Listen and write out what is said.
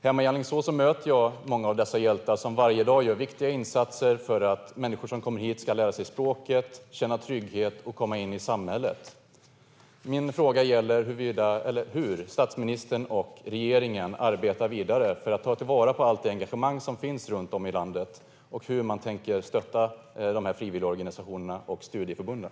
Hemma i Alingsås möter jag många av dessa hjältar som varje dag gör viktiga insatser för att människor som kommer hit ska lära sig språket, känna trygghet och komma in i samhället. Min fråga gäller hur statsministern och regeringen arbetar vidare för att ta till vara allt det engagemang som finns runt om i landet. Hur tänker man stötta de här frivilligorganisationerna och studieförbunden?